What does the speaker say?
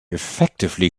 effectively